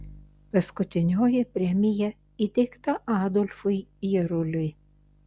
paskutinioji premija įteikta adolfui jaruliui